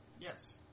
Yes